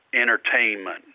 entertainment